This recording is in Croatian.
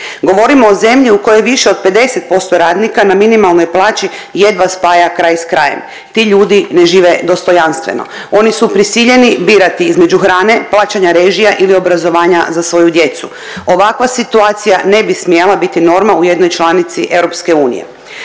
Govorimo o zemlji u kojoj više od 50% radnika na minimalnoj plaći jedva spaja kraj s krajem. Ti ljudi ne žive dostojanstveno. Oni su prisiljeni birati između hrane, plaćanja režija ili obrazovanja za svoju djecu. Ovakva situacija ne bi smjela biti norma u jednoj članici EU.